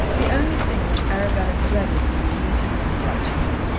the only thing which arabella dreaded was the meeting with the duchess.